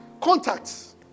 Contacts